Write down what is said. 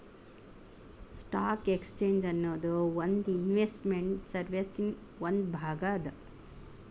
stock exchange ಅನ್ನೊದು ಒಂದ್ investment ಸರ್ವೇಸಿನ್ ಒಂದ್ ಭಾಗ ಅದ